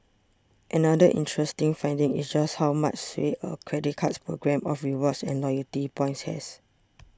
another interesting finding is just how much sway a credit card's programme of rewards and loyalty points has